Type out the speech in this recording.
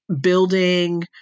building